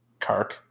Kark